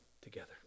together